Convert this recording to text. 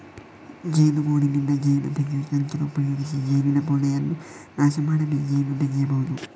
ಜೇನುಗೂಡಿನಿಂದ ಜೇನು ತೆಗೆಯುವ ಯಂತ್ರ ಉಪಯೋಗಿಸಿ ಜೇನಿನ ಪೋಳೆಯನ್ನ ನಾಶ ಮಾಡದೆ ಜೇನು ತೆಗೀಬಹುದು